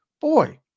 boy